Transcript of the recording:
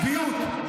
צביעות.